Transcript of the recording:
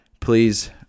please